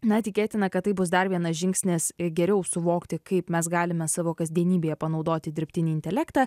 na tikėtina kad tai bus dar vienas žingsnis į geriau suvokti kaip mes galime savo kasdienybėje panaudoti dirbtinį intelektą